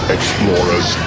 Explorers